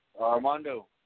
Armando